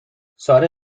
ساره